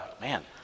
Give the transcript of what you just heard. man